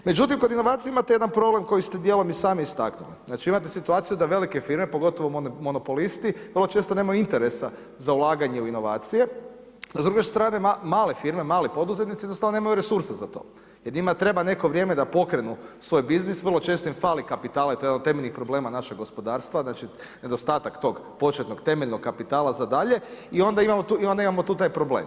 Međutim kod inovacija imate jedna problem koji ste dijelom i sami istaknuli, znači imate situaciju da velike firme pogotovo monopolisti, vrlo često nemaju interesa za ulaganje u inovacije, s druge strane male firme, mali poduzetnici jednostavno nemaju resursa za to jer njima treba neko vrijeme da pokrenu svoj biznis, vrlo često im fali kapitala i to je jedan od temeljnih problema našeg gospodarstva, znači nedostatak tog početnog, temeljnog kapitala za dalje i onda imamo tu taj problem.